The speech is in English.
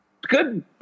Good